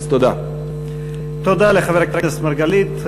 תודה לחבר הכנסת מרגלית.